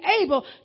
able